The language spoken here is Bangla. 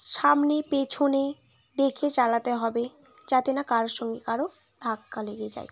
সামনে পেছনে দেখে চালাতে হবে যাতে না কারোর সঙ্গে কারও ধাক্কা লেগে যায়